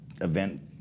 event